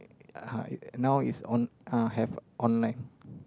uh now is on uh have online